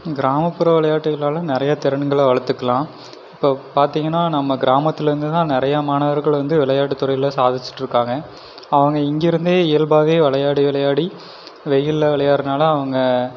கிராமப்புற விளையாட்டுகளால நிறையா திறன்களை வளர்த்துக்கலாம் இப்போ பார்த்தீங்கனா நம்ம கிராமத்துலேந்து தான் நிறையா மாணவர்கள் வந்து விளையாட்டுத்துறையில் சாதிச்சிட்டுருக்காங்க அவங்க இங்கே இருந்தே இயல்பாகவே விளையாடி விளையாடி வெயிலில் விளையாடுறனால அவங்க